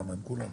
כולם פה,